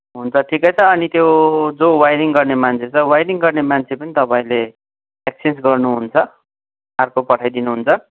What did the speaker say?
हुन्छ ठिकै छ अनि त्यो जो वायरिङ गर्ने मान्छे छ वायरिङ गर्ने मान्छे पनि तपाईँले एक्सचेन्ज गर्नुहुन्छ अर्को पठाइदिनुहुन्छ